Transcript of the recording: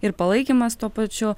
ir palaikymas tuo pačiu